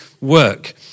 work